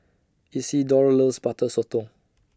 Isidore loves Butter Sotong